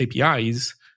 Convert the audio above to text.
APIs